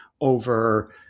over